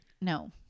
No